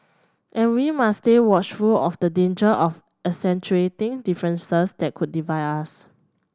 and we must stay watchful of the danger of accentuating differences that could divide us